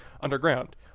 underground